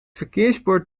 verkeersbord